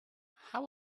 how